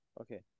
Okay